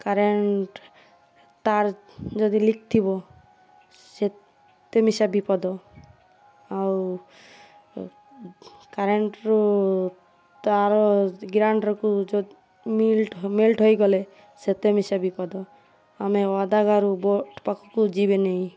current ତାର ଯଦି leak ଥିବ ସେତେ ମିଶା ବିପଦ ଆଉ କରଣ୍ଟ୍ରୁ ତାର ଗ୍ରାଇଣ୍ଡରକୁ ଯ ମେଲ୍ଟ୍ ମେଲ୍ଟ୍ ହେଇଗଲେ ସେତେ ମିଶା ବିପଦ ଆମେ ପାଖକୁ ଯିବାନାଇଁ